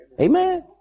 Amen